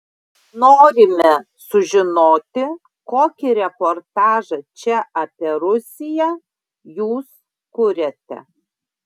norime sužinoti kokį reportažą čia apie rusiją jūs kuriate